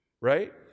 right